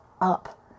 up